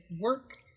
work